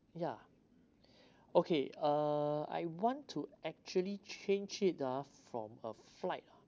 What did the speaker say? ya okay uh I want to actually change it ah from a flight